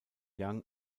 young